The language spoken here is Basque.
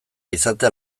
izatea